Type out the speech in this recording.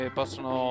possono